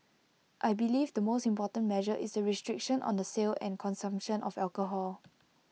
I believe the most important measure is the restriction on the sale and consumption of alcohol